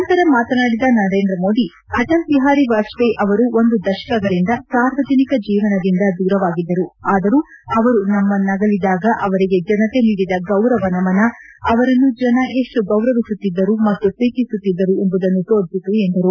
ನಂತರ ಮಾತನಾಡಿದ ನರೇಂದ್ರಮೋದಿ ಅಟಲ್ ಬಿಹಾರಿ ವಾಜಹೇಯ ಅವರು ಒಂದು ದಶಕಗಳಂದ ಸಾರ್ವಜನಿಕ ಜೀವನದಿಂದ ದೂರವಾಗಿದ್ದರು ಆದರೂ ಅವರು ನಮ್ನನಗಲಿದಾಗ ಅವರಿಗೆ ಜನತೆ ನೀಡಿದ ಗೌರವ ನಮನ ಅವರನ್ನು ಜನ ಎಷ್ಟು ಗೌರವಿಸುತ್ತಿದ್ದರು ಮತ್ತು ಪ್ರೀತಿಸುತ್ತಿದ್ದರು ಎಂಬುದನ್ನು ತೋರಿಸಿತು ಎಂದರು